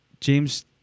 James